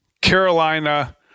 Carolina